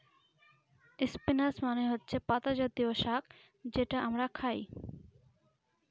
spinach মানে হচ্ছে পাতা জাতীয় শাক যেটা আমরা খায়